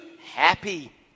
Happy